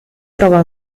trova